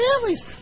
families